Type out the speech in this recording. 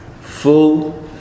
full